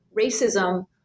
racism